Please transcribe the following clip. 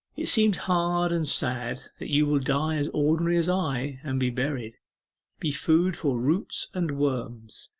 it seems hard and sad that you will die as ordinarily as i, and be buried be food for roots and worms,